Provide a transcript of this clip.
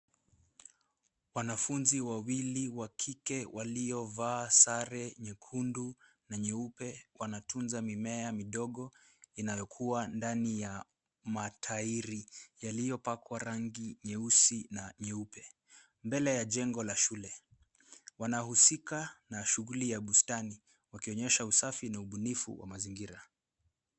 Wanafunzi wawili wa kike waliovaa sare nyekundu na nyeupe wanatunza mimea midogo inayokuwa ndani ya matairi yaliyopakwa rangi nyeusi na nyeupe mbele ya jengo la shule. Wanahusika na shuguli ya bustani wakionyesha usafi na ubunifu wa mazingira.